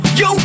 yo